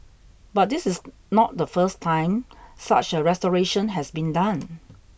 but this is not the first time such a restoration has been done